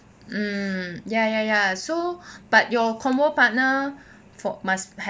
um ya ya ya so but your convo partner must have